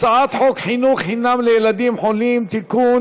הצעת חוק חינוך חינם לילדים חולים (תיקון